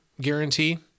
guarantee